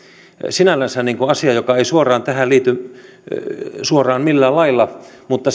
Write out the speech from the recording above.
sinällänsä asia ei suoraan tähän liity millään lailla mutta